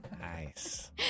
Nice